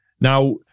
Now